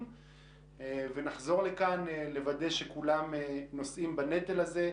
ונחזור לכאן לוודא שכולם נושאים בנטל הזה,